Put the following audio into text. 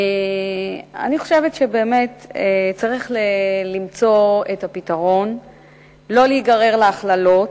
אני חושבת שבאמת צריך למצוא את הפתרון ולא להיגרר להכללות,